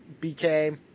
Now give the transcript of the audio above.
BK